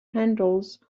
handles